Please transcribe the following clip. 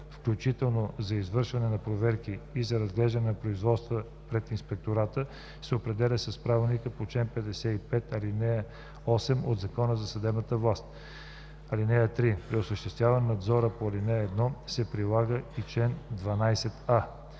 включително за извършване на проверки и за разглеждане на производствата пред инспектората се определя с правилника по чл. 55, ал. 8 от Закона за съдебната власт. (3) При осъществяване на надзора по ал. 1 се прилага и чл. 12а.“